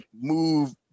move